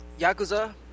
Yakuza